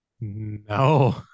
No